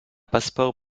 passeport